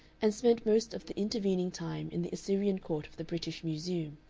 and spent most of the intervening time in the assyrian court of the british museum,